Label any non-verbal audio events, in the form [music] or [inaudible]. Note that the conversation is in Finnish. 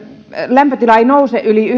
lämpötila ei nouse yli [unintelligible]